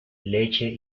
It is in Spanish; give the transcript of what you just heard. leche